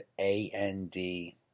A-N-D